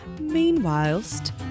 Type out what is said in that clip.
Meanwhilest